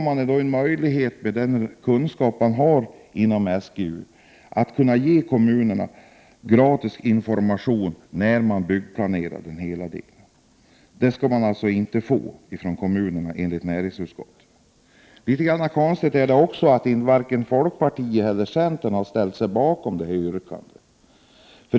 Med den kunskap som SGU äger har man möjlighet att ge kommunerna gratis information för deras planläggning och förnyelse av bebyggelsen. Enligt näringsutskottet skall kommunerna inte få denna information. Det är också litet konstigt att varken folkpartiet eller centern ställt sig bakom vårt yrkande.